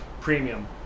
premium